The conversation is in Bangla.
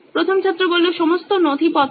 প্রথম ছাত্র সমস্ত নথিপত্র